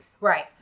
Right